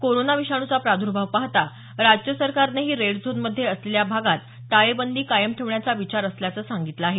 corona विषाणूचा प्रादुर्भाव पाहता राज्यसरकारनेही रेड झोनमध्ये असलेल्या भागात टाळेबंदी कायम ठेवण्याचा विचार असल्याचं सांगितलं आहे